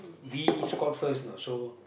we scored first know so